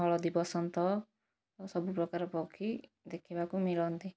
ହଳଦୀବସନ୍ତ ସବୁପ୍ରକାର ପକ୍ଷୀ ଦେଖିବାକୁ ମିଳନ୍ତି